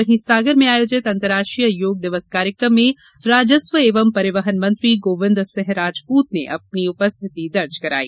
वहीं सागर में आयोजित अंतरराष्ट्रीय योग दिवस कार्यक्रम में राजस्व एवं परिवहन मंत्री गोविंद सिंह राजपूत ने अपनी उपस्थिति दर्ज कराई